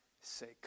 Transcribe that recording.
say